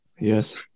Yes